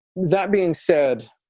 that being said,